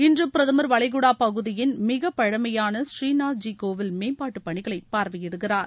இன்று பிரதமர் வளைகுடா பகுதியின் மிகப்பழமையான பூநாத்ஜி கோவில் மேம்பாட்டு பணிகளை பார்வையிடுகிறார்